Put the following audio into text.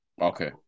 okay